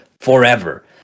forever